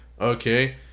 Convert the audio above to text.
Okay